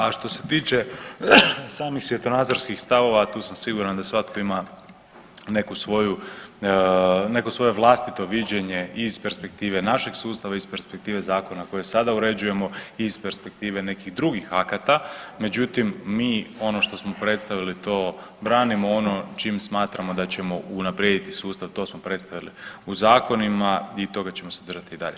A što se tiče samih svjetonazorskih stavova tu sam siguran da svatko ima neku svoju, neko svoje vlastito viđenje i iz perspektive našeg sustava i iz perspektive zakona kojeg sada uređujemo i iz perspektive nekih drugih akata, međutim mi ono što smo predstavili to branimo, ono čim smatramo da ćemo unaprijediti sustav to smo predstavili u zakonima i toga ćemo se držati i dalje.